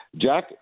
Jack